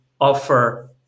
offer